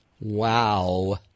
Wow